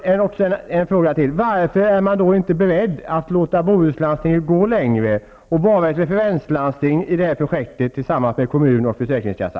Varför är man då inte beredd att låta Bohuslandstinget gå längre och vara ett referenslandsting i detta projekt tillsammans med kommun och försäkringskassa?